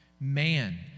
Man